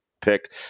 Pick